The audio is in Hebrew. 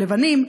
הלבנים,